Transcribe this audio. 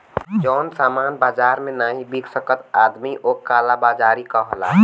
जौन सामान बाजार मे नाही बिक सकत आदमी ओक काला बाजारी कहला